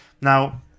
now